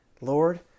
Lord